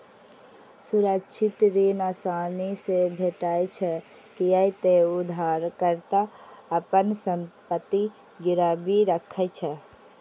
सुरक्षित ऋण आसानी से भेटै छै, कियै ते उधारकर्ता अपन संपत्ति गिरवी राखै छै